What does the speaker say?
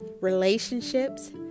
relationships